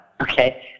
Okay